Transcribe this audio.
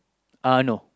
uh no